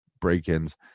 break-ins